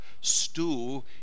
stew